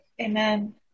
Amen